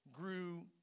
grew